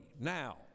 Now